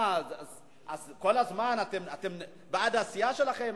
מה, אז כל הזמן אתם בעד הסיעה שלכם?